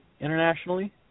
internationally